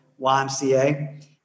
YMCA